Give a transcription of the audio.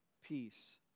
peace